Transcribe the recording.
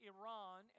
Iran